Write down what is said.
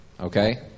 okay